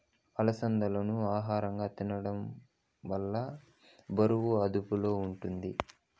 అలసందాలను ఆహారంగా తీసుకోవడం వల్ల బరువు అదుపులో ఉంటాది